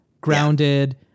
grounded-